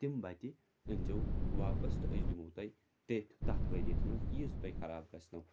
تِم بَتہِ أنۍزیو واپَس تہٕ أسۍ دِمو تۄہہِ تٔتھۍ تَتھ ؤریَس منٛز ییٖژ تۄہہِ خراب گژھنو